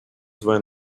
then